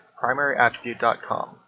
primaryattribute.com